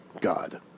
God